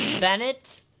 Bennett